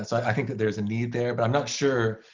i think that there's a need there, but i'm not sure,